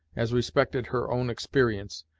as respected her own experience,